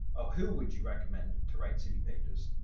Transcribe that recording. ah who would you recommend to write city pages?